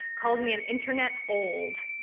called me an internet old.